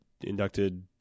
Inducted